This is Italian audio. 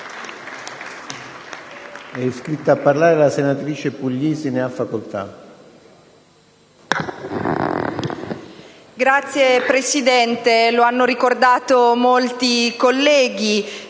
Signor Presidente, lo hanno riportato molti colleghi